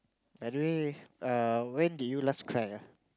by the way err when did you last cry ah